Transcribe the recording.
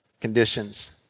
conditions